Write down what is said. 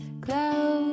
clouds